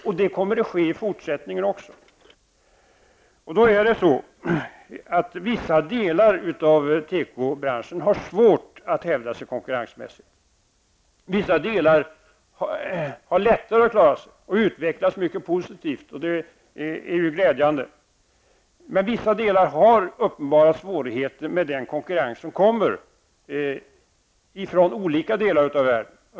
Och det kommer att ske även i fortsättningen. Då har vissa delar av tekobranschen svårt att hävda sig konkurrensmässigt. Vissa delar har lättare att klara sig och utvecklas mycket positivt, och detta är ju glädjande. Men vissa delar har uppenbara svårigheter med konkurrensen från olika delar av världen.